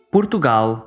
Portugal